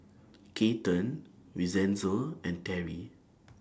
Keaton Vincenzo and Terri